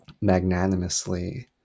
magnanimously